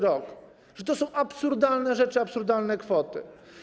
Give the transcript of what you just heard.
Przecież to są absurdalne rzeczy, absurdalne kwoty.